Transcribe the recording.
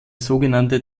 sogenannte